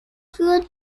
für